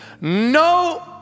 No